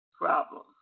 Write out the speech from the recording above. problem